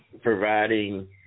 providing